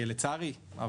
זה לצערי.